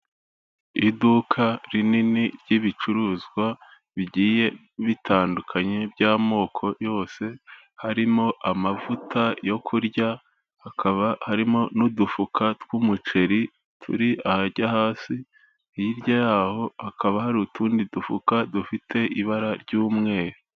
Iduka rinini ry'ibicuruzwa bigiye bitandukanye by'amoko yose, harimo amavuta yo kurya, hakaba harimo n'udufuka tw'umuceri turi ahajya hasi, hirya yaho hakaba hari utundi dufuka dufite ibara ry'umweru.